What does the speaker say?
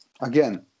again